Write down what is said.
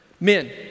Men